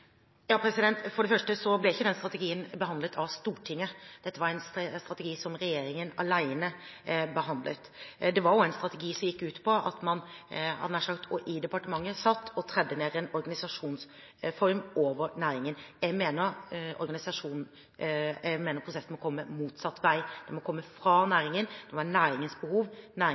første ble ikke den strategien behandlet av Stortinget. Dette var en strategi som regjeringen alene behandlet. Det var også en strategi som gikk ut på at man – nær sagt – satt i departementet og tredde en organisasjonsform ned over næringen. Jeg mener prosessen må komme motsatt vei: Den må komme fra næringen, det må handle om næringens behov,